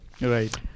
Right